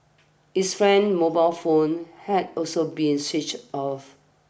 his friend's mobile phone had also been switched off